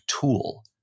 tool